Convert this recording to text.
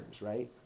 right